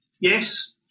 Yes